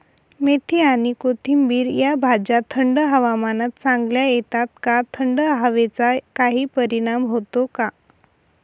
मेथी आणि कोथिंबिर या भाज्या थंड हवामानात चांगल्या येतात का? थंड हवेचा काही परिणाम होतो का?